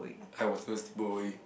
I was first boy